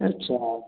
अच्छा